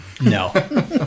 no